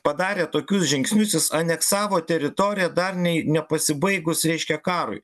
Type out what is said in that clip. padarė tokius žingsnius jis aneksavo teritoriją dar nei nepasibaigus reiškia karui